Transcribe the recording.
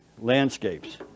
landscapes